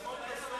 מי נגד החוק?